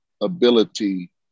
ability